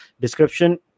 description